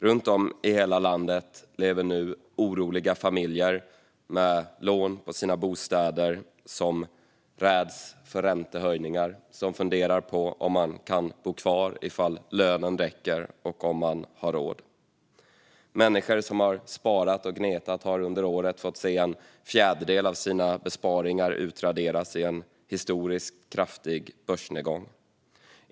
Runt om i hela landet lever nu oroliga familjer med lån på sina bostäder som räds räntehöjningar och som funderar på om de har råd att bo kvar och om lönen räcker. Människor som har sparat och gnetat har under året fått se en fjärdedel av sina besparingar utraderas i en historiskt kraftig börsnedgång.